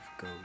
go